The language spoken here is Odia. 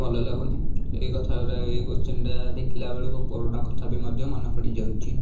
ଭଲ ଲାଗୁନି ଏଇ କଥା ଗୁଡ଼ା ଏଇ କୋଶ୍ଚିନ୍ଟା ଦେଖିଲା ବେଳକୁ ପୁରୁଣା କଥା ବି ମଧ୍ୟ ମନେ ପଡ଼ିଯାଉଛି